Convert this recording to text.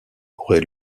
aurait